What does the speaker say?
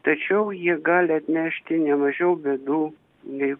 tačiau jie gali atnešti ne mažiau bėdų nei